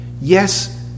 Yes